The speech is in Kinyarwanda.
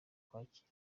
kwakira